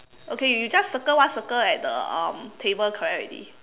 okay you just circle one circle at the um table correct already